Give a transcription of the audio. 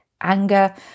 Anger